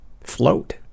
float